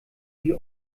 wie